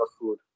food